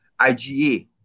IgA